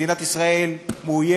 מדינת ישראל מאוימת?